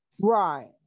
Right